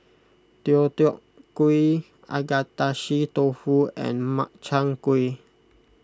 Deodeok Gui Agedashi Dofu and Makchang Gui